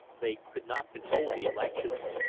they could not control the elections.